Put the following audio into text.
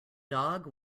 dog